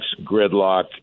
gridlock